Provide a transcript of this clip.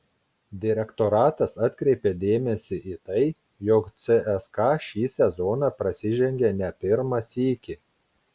direktoratas atkreipė dėmesį į tai jog cska šį sezoną prasižengė ne pirmą sykį